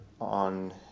on